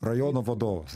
rajono vadovas